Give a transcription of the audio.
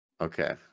Okay